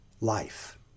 life